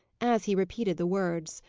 as he repeated the words.